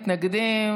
מתנגדים.